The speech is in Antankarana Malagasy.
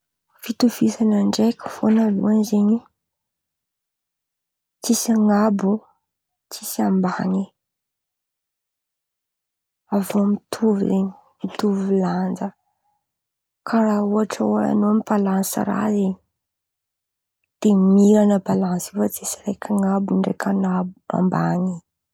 Fitovisan̈a ndraiky vônaloan̈y zen̈y tsisy an̈abo tsisy amban̈y avy eo mitovy zen̈y, mitovy lanja karàha ohatra oe an̈ao mibalansy raha zen̈y, de miran̈a balansy irô tsisy raiky an̈abo ndraiky an̈abo amban̈y.